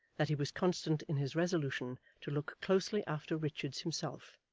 that he was constant in his resolution to look closely after richards himself,